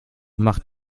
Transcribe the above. macht